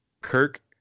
Kirk